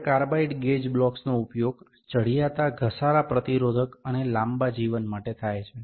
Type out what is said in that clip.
હવે carbide gauge બ્લોક્સનો ઉપયોગ ચઢિયાતા ઘસારા પ્રતિરોધ અને લાંબા જીવન માટે થાય છે